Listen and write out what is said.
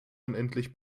unendlich